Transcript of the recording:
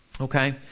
okay